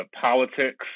politics